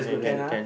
can ah